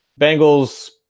Bengals